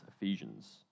Ephesians